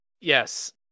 Yes